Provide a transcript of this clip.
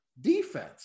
defense